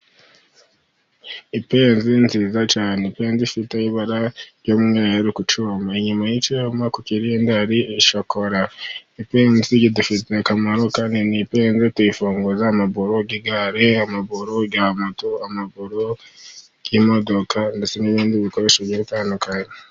Ipensi nziza cyane, ipensi ifite ibara ry'umweru ku cyuma, inyuma y'icyuma ku kirindi hari shokora, ipensi idufitiye akamaro kanini, ipensi tuyifunguza amaburo y'igare, amaburo ya moto, amaburo y'imodoka ndetse n'ibindi bikoresho itandukanye.